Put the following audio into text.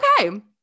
Okay